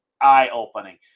eye-opening